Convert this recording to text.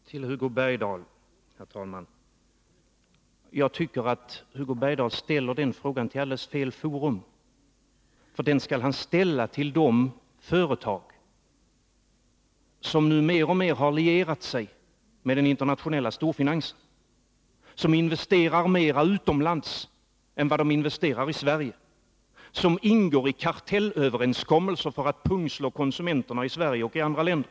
Herr talman! Till Hugo Bergdahl vill jag säga att jag tycker att han ställer den frågan till alldeles fel forum. Den skall han ställa till de företag som nu mer och mer har lierat sig med den internationella storfinansen, som investerar mera utomlands än i Sverige, som ingår i kartellöverenskommelser för att pungslå konsumenterna i Sverige och i andra länder.